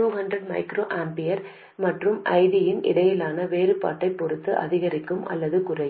200 μA மற்றும் ஐடிக்கு இடையிலான வேறுபாட்டைப் பொறுத்து அதிகரிக்கும் அல்லது குறையும்